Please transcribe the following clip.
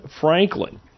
Franklin